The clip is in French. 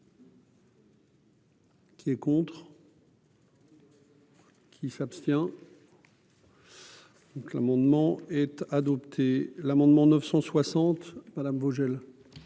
Qui est contre. Qui s'abstient. Donc, l'amendement est adopté, l'amendement 960 madame Vogel.